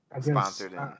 Sponsored